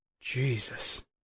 Jesus